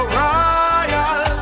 royal